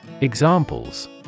Examples